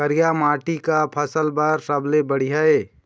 करिया माटी का फसल बर सबले बढ़िया ये?